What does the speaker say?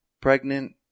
Pregnant